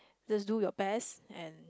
just do your best and